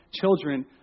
children